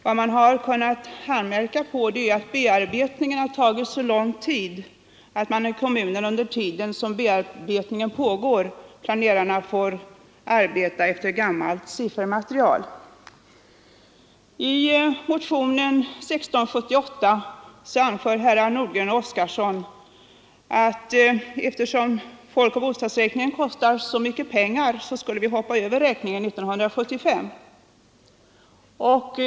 Vad man kunnat anmärka på är att bearbetningen har tagit för lång tid och att i kommunerna under tiden som bearbetningen pågår planerarna får arbeta på grundval av gammalt siffermaterial. I motionen 1678 anför herrar Nordgren och Oskarson, att eftersom en folkoch bostadsräkning kostar så mycket pengar så skall vi hoppa över 1975 års räkning.